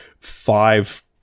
five